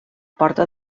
porta